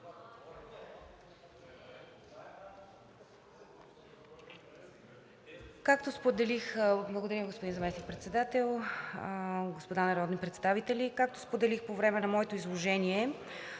Благодаря, господин Заместник-председател. Господа народни представители! Както споделих по време на моето изложение,